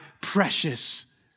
precious